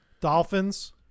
Dolphins